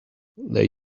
they